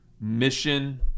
mission